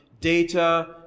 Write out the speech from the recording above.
data